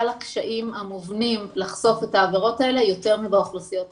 הקשיים המובנים לחשוף את העבירות האלה יותר מאשר באוכלוסיות האחרות,